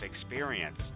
experience